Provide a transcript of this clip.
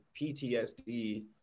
PTSD